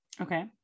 Okay